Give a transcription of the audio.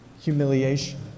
humiliation